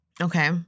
Okay